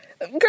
girl